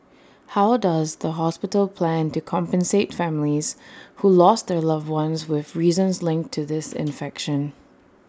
how does the hospital plan to compensate families who lost their loved ones with reasons linked to this infection